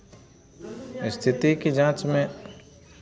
स्थिति की जांच में